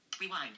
Rewind